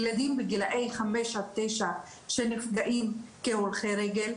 ילדים בגילאי 5 עד 9 שנפגעים כהולכי רגל,